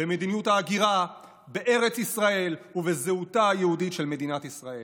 במדיניות ההגירה בארץ ישראל ובזהותה היהודית של מדינת ישראל.